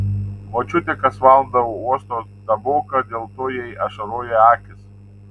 močiutė kas valandą uosto taboką dėl to jai ašaroja akys